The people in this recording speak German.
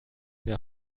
mehr